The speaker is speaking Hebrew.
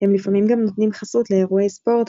הם לפעמים גם נותנים חסות לאירועי ספורט,